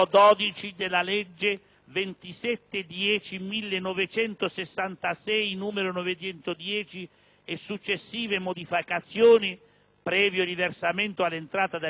1966, n. 910, e successive modificazioni, previo riversamento all'entrata del bilancio dello Stato